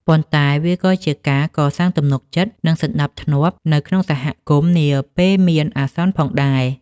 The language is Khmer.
ប៉ុន្តែវាក៏ជាការកសាងទំនុកចិត្ត និងសណ្ដាប់ធ្នាប់នៅក្នុងសហគមន៍នាពេលមានអាសន្នផងដែរ។